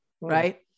right